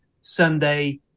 Sunday